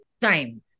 time